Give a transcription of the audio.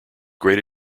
great